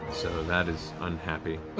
so that is unhappy.